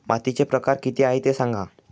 मातीचे प्रकार किती आहे ते सांगा